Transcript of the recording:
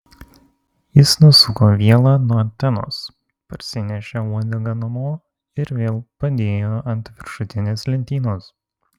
jis nusuko vielą nuo antenos parsinešė uodegą namo ir vėl padėjo ant viršutinės lentynos